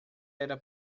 era